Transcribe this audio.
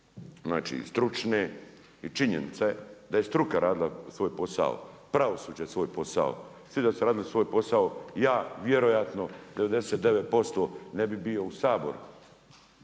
ove i stručne i činjenica je da je strka radila svoj posao, pravosuđe svoj posao, svi da su radili svoj posao. Ja vjerojatno 99% ne bi bio u Saboru.